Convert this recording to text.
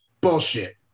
Bullshit